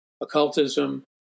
occultism